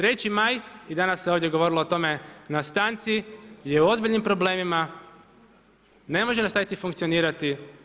Treći maj i danas se ovdje govorilo o tome na stanci je u ozbiljnim problemima, ne može nastaviti funkcionirati.